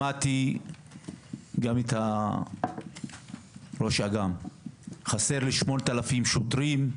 שמעתי גם את ראש אג"מ שאמרה שחסרים 8,000 שוטרים,